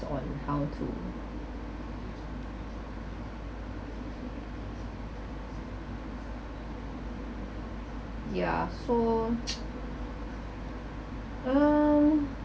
on how to ya so um